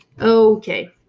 Okay